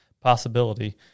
Possibility